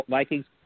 Vikings